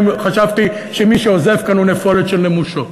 חשבתי שמי שעוזב כאן הוא נפולת של נמושות.